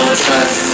trust